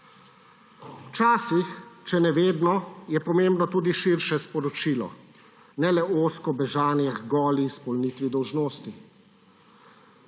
Včasih, če ne vedno, je pomembno tudi širše sporočilo, ne le ozko bežanje h goli izpolnitvi dolžnosti.